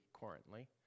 currently